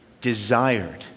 desired